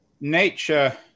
nature